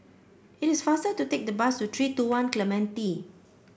it is faster to take the bus to three two One Clementi